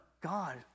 God